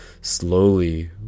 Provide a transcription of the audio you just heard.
slowly